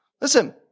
Listen